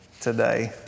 today